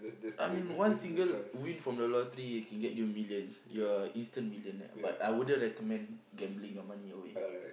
I mean one single win from the lottery it can get you millions you are instant millionaire but I wouldn't recommend gambling your money away